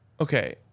okay